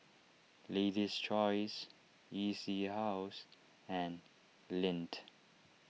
Lady's Choice E C House and Lindt